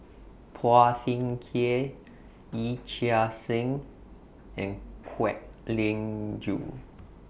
Phua Thin Kiay Yee Chia Hsing and Kwek Leng Joo